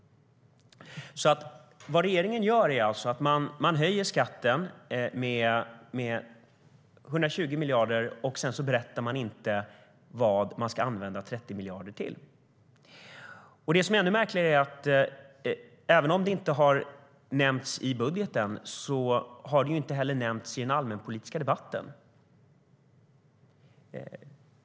Vad regeringen gör är alltså att man höjer skatten med 120 miljarder, och sedan berättar man inte vad man ska använda 30 miljarder till. Det som är ännu märkligare är att även om det inte har nämnts i budgeten har det inte heller nämnts i den allmänpolitiska debatten.